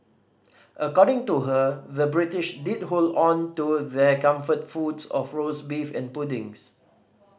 according to her the British did hold on to their comfort foods of roast beef and puddings